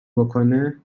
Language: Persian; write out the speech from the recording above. بکنه